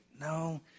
no